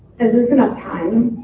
is this enough time?